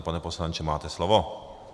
Pane poslanče, máte slovo.